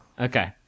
Okay